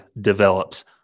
develops